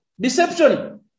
Deception